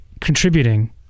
contributing